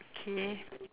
okay